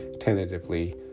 tentatively